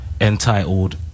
entitled